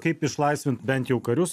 kaip išlaisvint bent jau karius